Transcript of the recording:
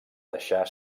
deixar